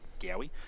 Gowie